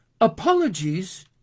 apologies